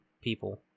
people